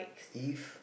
if